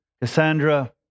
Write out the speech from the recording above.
Cassandra